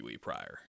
prior